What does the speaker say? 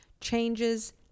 changes